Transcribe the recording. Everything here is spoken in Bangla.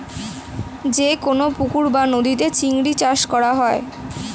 যে কোন পুকুর বা নদীতে চিংড়ি চাষ করা হয়